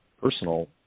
personal